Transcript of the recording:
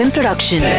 Production